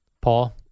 Paul